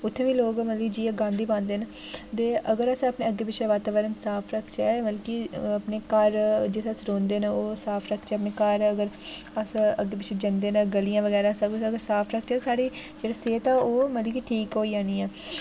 उ'त्थें बी लोक मतलब लोक जाइयै गन्द गै पांदे न ते अगर अस अपने अग्गें पिच्छें वातावरण साफ रखचै मतलब की अपने घर जि'त्थें अस रौहंदे न ओह् साफ रखचै अपने घर अगर अस अग्गें पिच्छें जंदे न गलियां बगैरा सब कुश अगर साफ रखचै तां साढी जेह्ड़ी सेह्त ऐ ओह् मतलब ठीक होई जानी ऐ